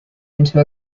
into